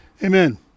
Amen